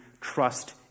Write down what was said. trust